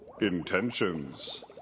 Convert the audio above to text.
intentions